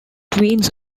twins